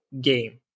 game